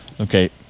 Okay